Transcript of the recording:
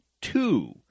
two